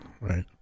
right